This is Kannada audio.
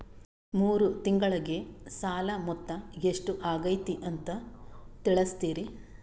ಮೂರು ತಿಂಗಳಗೆ ಸಾಲ ಮೊತ್ತ ಎಷ್ಟು ಆಗೈತಿ ಅಂತ ತಿಳಸತಿರಿ?